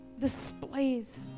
displays